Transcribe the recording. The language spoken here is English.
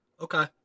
Okay